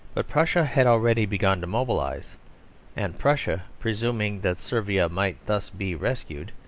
but prussia had already begun to mobilise and prussia, presuming that servia might thus be rescued,